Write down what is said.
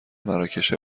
مراکش